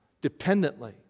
dependently